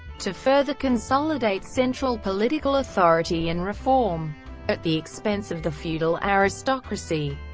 to further consolidate central political authority and reform at the expense of the feudal aristocracy.